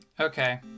Okay